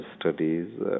studies